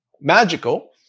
magical